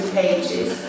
pages